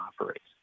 operates